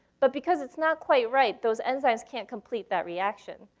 but because it's not quite right, those enzymes can't complete that reaction.